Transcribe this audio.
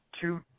two